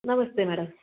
Namaste madam